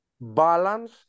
balance